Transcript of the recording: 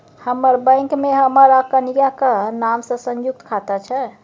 हमर बैंक मे हमर आ कनियाक नाम सँ संयुक्त खाता छै